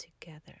together